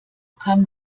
kann